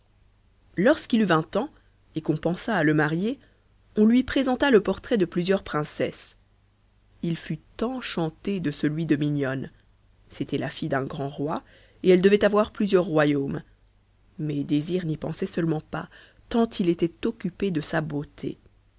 lorsqu'il eut vingt ans et qu'on pensa à le marier on lui présenta le portrait de plusieurs princesses il fut enchanté de celui de mignonne c'était la fille d'un grand roi et elle devait avoir plusieurs royaumes mais désir n'y pensait seulement pas tant il était occupé de sa beauté